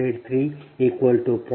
203 megawatt